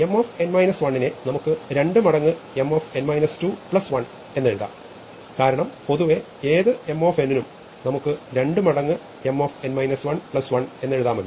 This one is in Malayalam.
M നെ നമുക്ക് 2 മടങ്ങ് M1 എഴുതാം കാരണം പൊതുവെ ഏത് M നും നമുക്ക് 2 മടങ്ങ് M 1 എന്നെഴുതാമല്ലോ